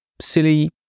silly